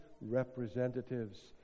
representatives